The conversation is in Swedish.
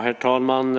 Herr talman!